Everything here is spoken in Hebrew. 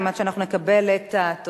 עד שאנחנו נקבל את התוצאות,